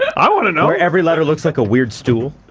i want to know. where every letter looks like a weird stool.